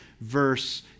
verse